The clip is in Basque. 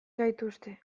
gaituzte